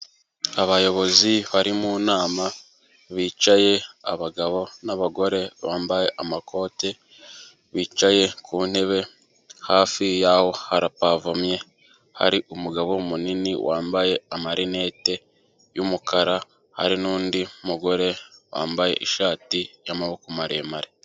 Abayobozi bari mu nama, bicaye abagabo n'abagore bambaye amakoti, bicaye ku ntebe, hafi y'abo harapavomye, hari umugabo munini wambaye amarinete y'umukara, hari n'undi mugore wambaye ishati y'amaboko maremare.